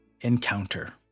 Encounter